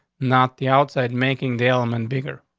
not the outside, making the element bigger.